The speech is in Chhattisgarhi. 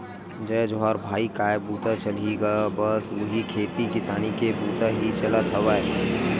जय जोहार भाई काय बूता चलही गा बस उही खेती किसानी के बुता ही चलत हवय